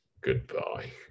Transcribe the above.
goodbye